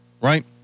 Right